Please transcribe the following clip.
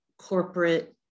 corporate